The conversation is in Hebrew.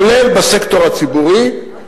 כולל בסקטור הציבורי,